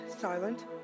silent